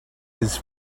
his